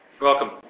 Welcome